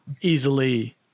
easily